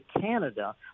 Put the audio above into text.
Canada